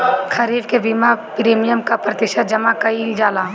खरीफ के बीमा प्रमिएम क प्रतिशत जमा कयील जाला?